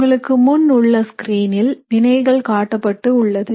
உங்களுக்கு முன் உள்ள ஸ்கிரீனில் வினைகள் காட்டப்பட்டு உள்ளது